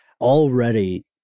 already